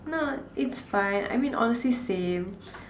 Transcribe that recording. no it's fine I mean honestly same